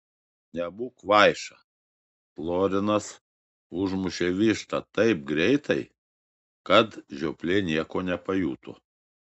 nebūk kvaiša florinas užmušė vištą taip greitai kad žioplė nieko nepajuto